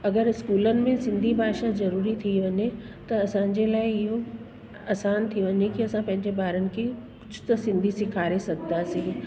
अगरि स्कूलनि में सिंधी भाषा जरूरी थी वञे त असांजे लाइ इहो आसान थी वञे की असां पंहिंजे ॿारनि खे कुझु त सिंधी सेखारे सघंदासीं